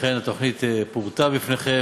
אכן התוכנית פורטה בפניכם.